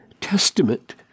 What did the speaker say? Testament